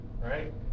Right